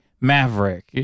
Maverick